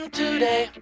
today